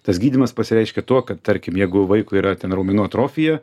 tas gydymas pasireiškia tuo kad tarkim jeigu vaikui yra ten raumenų atrofija